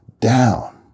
down